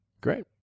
Great